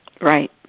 Right